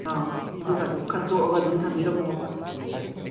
ꯑꯧ ꯑꯗꯨꯒꯗꯣ ꯈꯟꯗꯣꯛꯑꯒ ꯑꯗꯨꯝ ꯊꯝꯕꯤꯔꯝꯃꯣꯕ